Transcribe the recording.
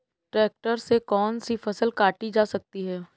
Tractor से कौन सी फसल काटी जा सकती हैं?